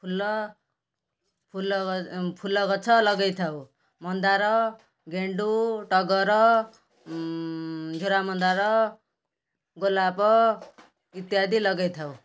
ଫୁଲ ଫୁଲ ଫୁଲ ଗଛ ଲଗେଇଥାଉ ମନ୍ଦାର ଗେଣ୍ଡୁ ଟଗର ଝରା ମନ୍ଦାର ଗୋଲାପ ଇତ୍ୟାଦି ଲଗେଇଥାଉ